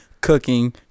cooking